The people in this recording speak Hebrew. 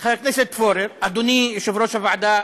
חבר הכנסת פורר, אדוני יושב-ראש הוועדה